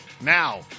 now